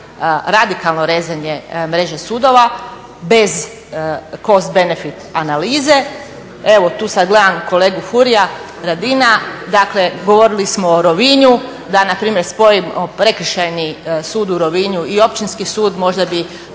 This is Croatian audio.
radikalno rezanje meže sudova bez kozbenefit analize. Evo tu sad gledam kolegu Furija Radina, dakle govorili smo o Rovinju da npr. spojimo prekršajni Sud u Rovinju i općinski sud možda bi